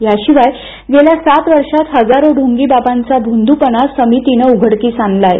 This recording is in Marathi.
याशिवाय गेल्या सात वर्षात हजारो ढोंगीबाबांचा भोंदूपणा समितीनं उघडकीस आणला आहे